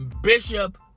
Bishop